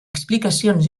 explicacions